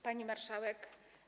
Pani Marszałek!